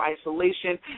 isolation